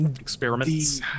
experiments